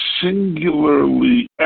singularly